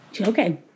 Okay